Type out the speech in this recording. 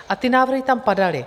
A ty návrhy tam padaly.